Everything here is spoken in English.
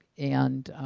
and